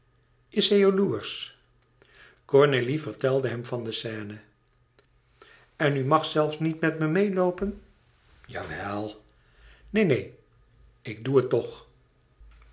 is zij jaloersch cornélie vertelde hem van de scène en u mag zelfs niet met me meêloopen jawel neen neen ik doe het toch